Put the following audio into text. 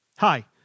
Hi